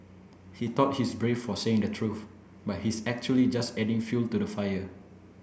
he thought he's brave for saying the truth but he's actually just adding fuel to the fire